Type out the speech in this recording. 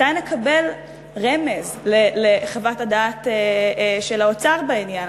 מתי נקבל רמז לחוות הדעת של האוצר בעניין?